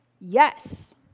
Yes